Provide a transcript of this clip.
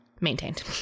maintained